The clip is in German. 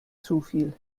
zufiel